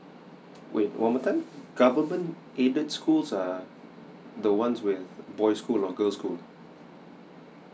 wait one more time government aided schools are the ones with the boys school or girls' school